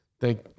Thank